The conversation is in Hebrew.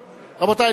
רבותי.